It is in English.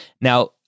Now